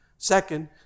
Second